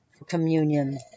Communion